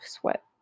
sweat